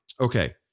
Okay